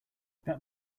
that